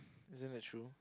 isn't the truth